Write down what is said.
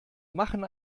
machen